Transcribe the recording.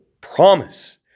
promise